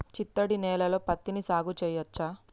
చిత్తడి నేలలో పత్తిని సాగు చేయచ్చా?